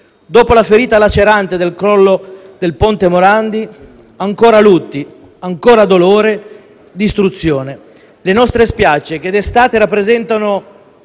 Dopo la ferita lacerante del crollo del ponte Morandi, ancora lutti, ancora dolore e distruzione. Le nostre spiagge, che d'estate rappresentano